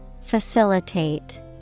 Facilitate